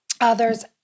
others